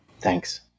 Thanks